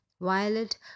Violet